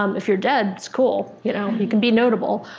um if you're dead, it's cool. you know, you can be notable.